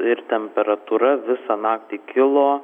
ir temperatūra visą naktį kilo